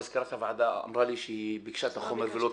מזכירת הוועדה אמרה לי שהיא ביקשה את החומר ולא קיבלה.